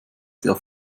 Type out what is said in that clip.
sehr